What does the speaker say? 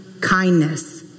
kindness